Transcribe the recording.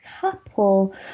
couple